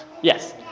Yes